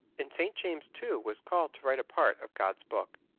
and st. james too was called to write a part of god's book.